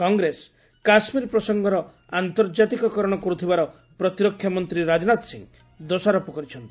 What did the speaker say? କଂଗ୍ରେସ କାଶ୍ମୀର ପ୍ରସଙ୍ଗର ଆନ୍ତର୍ଜାତୀୟକରଣ କରୁଥିବାର ପ୍ରତିରକ୍ଷା ମନ୍ତ୍ରୀ ରାଜନାଥ ସିଂହ ଦୋଷାରୋପ କରିଛନ୍ତି